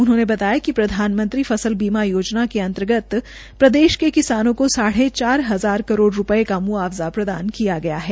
उन्होंने बताया कि प्रधानमंत्री बीमा योजना के अंतर्गत प्रदेश के किसानों को साढ़े चार हजार करोड़ रूपये का मुआवजा प्रदान किया गया है